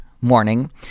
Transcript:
morning